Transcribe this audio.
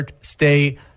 Stay